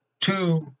two